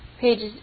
pages